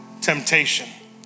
temptation